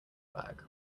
bag